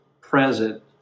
present